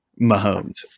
Mahomes